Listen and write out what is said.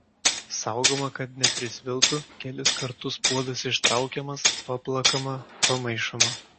saugoma kad neprisviltų kelis kartus puodas ištraukiamas paplakama pamaišoma